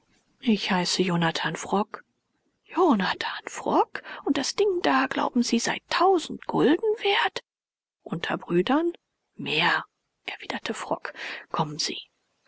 ich heiße jonathan frock jonathan frock und das ding da glauben sie sei tausend gulden wert unter brüdern mehr erwiderte frock kommen sie